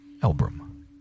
Elbrum